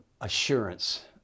assurance